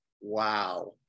Wow